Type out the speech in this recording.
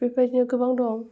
बेफोरबायदि गोबां दं